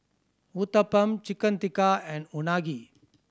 Uthapam Chicken Tikka and Unagi